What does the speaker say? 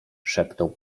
szepnął